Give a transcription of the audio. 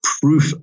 proof